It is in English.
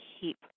keep